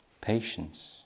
patience